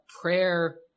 prayer